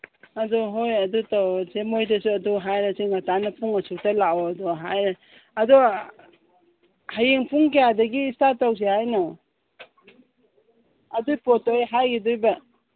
ꯑꯗꯣ ꯍꯣꯏ ꯑꯗꯨ ꯇꯧꯔꯁꯦ ꯃꯣꯏꯗꯁꯨ ꯑꯗꯨ ꯍꯥꯏꯔꯁꯤ ꯉꯟꯇꯥꯅ ꯄꯨꯡ ꯑꯁꯨꯛꯇ ꯂꯥꯛꯑꯣꯗꯣ ꯍꯥꯏꯔ ꯑꯗꯣ ꯍꯌꯦꯡ ꯄꯨꯡ ꯀꯌꯥꯗꯒꯤ ꯏꯁꯇꯥꯔꯠ ꯇꯧꯁꯦ ꯍꯥꯏꯅꯣ ꯑꯗꯨꯒꯤ ꯄꯣꯠꯇꯣ ꯑꯩ ꯍꯥꯏꯒꯤꯗꯣꯏꯕ